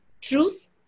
truth